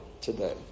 today